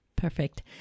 Perfect